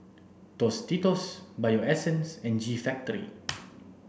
Tostitos Bio Essence and G Factory